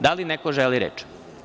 Da li neko želi reč?